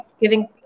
giving